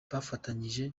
bafatanyije